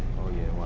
oh yea,